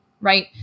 right